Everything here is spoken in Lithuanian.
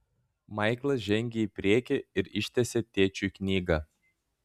maiklas žengė į priekį ir ištiesė tėčiui knygą